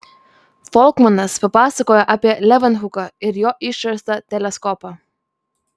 folkmanas papasakojo apie levenhuką ir jo išrastą teleskopą